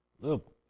look